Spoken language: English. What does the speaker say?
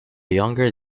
younger